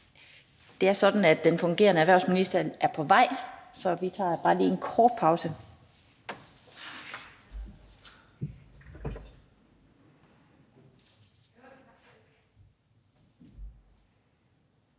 Det er sådan, at den fungerende erhvervsminister er på vej, så vi tager bare lige en kort pause.